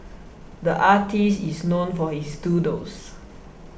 the artist is known for his doodles